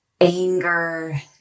anger